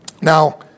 Now